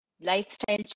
lifestyle